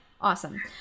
Awesome